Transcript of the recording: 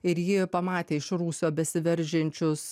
ir ji pamatė iš rūsio besiveržiančius